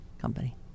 company